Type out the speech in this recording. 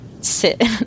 sit